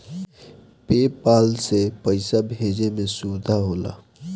पे पाल से पइसा भेजे में सुविधा होला